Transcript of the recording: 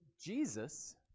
Jesus